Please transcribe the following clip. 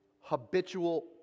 habitual